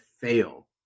fail